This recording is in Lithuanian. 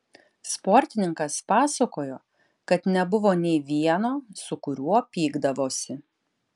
sportininkas pasakojo kad nebuvo nei vieno su kuriuo pykdavosi